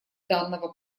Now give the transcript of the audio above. данного